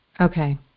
Okay